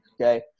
Okay